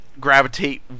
gravitate